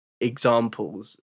examples